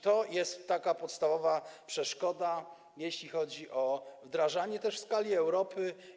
To jest taka podstawowa przeszkoda, jeśli chodzi o wdrażanie, też w skali Europy.